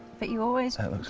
but you always